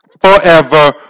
forever